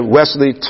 Wesley